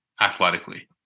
athletically